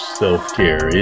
self-care